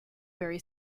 very